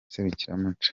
serukiramuco